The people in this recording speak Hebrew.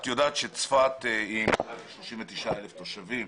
את יודעת שצפת היא עם מעל 39,000 תושבים.